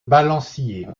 balancier